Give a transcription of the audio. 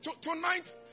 Tonight